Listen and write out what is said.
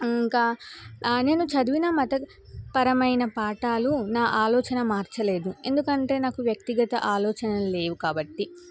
ఇంకా నేను చదివిన మతపరమైన పాఠాలు నా ఆలోచన మార్చలేదు ఎందుకంటే నాకు వ్యక్తిగత ఆలోచనలు లేవు కాబట్టి